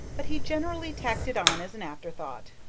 but he generally tacked it on as an afterthought.